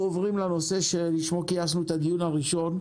אנחנו עוברים לנושא שלשמו כינסנו את הדיון הראשון,